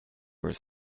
were